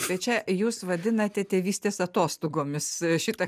tai čia jūs vadinate tėvystės atostogomis šitą